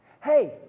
Hey